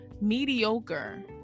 mediocre